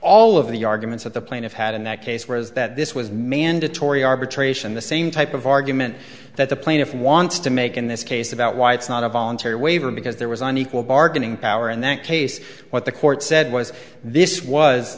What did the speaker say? all of the arguments that the plaintiff had in that case was that this was mandatory arbitration the same type of argument that the plaintiff wants to make in this case about why it's not a voluntary waiver because there was an equal bargaining power in that case what the court said was this was